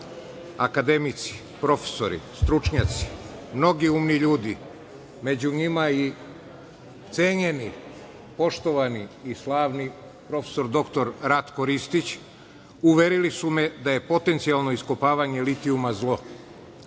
Akademici, profesori, stručnjaci, mnogi umni ljudi, među njima i cenjeni, poštovani i slavni prof. dr Ratko Ristić, uverili su me da je potencijalno iskopavanje litijuma zlo.